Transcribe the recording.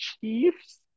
Chiefs